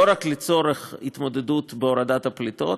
לא רק לצורך התמודדות בהורדת הפליטות,